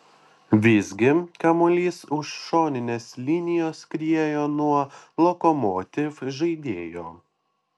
visgi kamuolys už šoninės linijos skriejo nuo lokomotiv žaidėjo